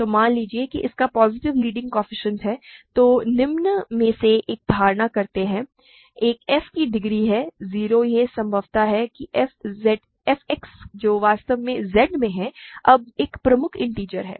तो मान लीजिए कि इसका पॉजिटिव लीडिंग कोएफ़िशिएंट है तो निम्न में से एक धारण करता है एक f की डिग्री है 0 यह संभव है कि f X जो वास्तव में Z में है अब एक प्रमुख इन्टिजर है